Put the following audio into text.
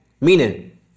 Meaning